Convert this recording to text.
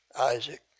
Isaac